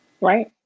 right